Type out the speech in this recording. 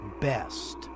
Best